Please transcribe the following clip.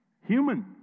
human